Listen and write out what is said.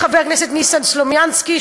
לחבר הכנסת ניסן סלומינסקי,